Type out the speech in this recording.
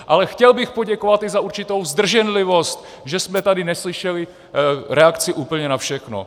Ale chtěl bych poděkovat i za určitou zdrženlivost, že jsme tady neslyšeli reakci úplně na všechno.